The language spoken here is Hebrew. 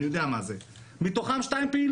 אני יודע מה זה מתוכם 2 פעילות.